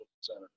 center